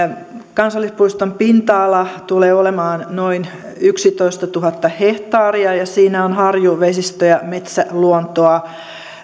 kansallispuiston pinta ala tulee olemaan noin yksitoistatuhatta hehtaaria ja siinä on harju vesistö ja metsäluontoa